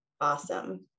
Awesome